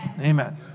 Amen